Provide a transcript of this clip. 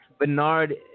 Bernard